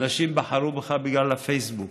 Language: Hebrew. אנשים בחרו בך בגלל הפייסבוק,